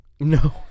No